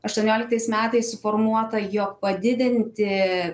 aštuonioliktais metais suformuota jog padidinti